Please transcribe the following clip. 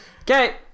Okay